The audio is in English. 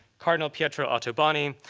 cardinal pietro ottoboni,